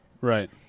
Right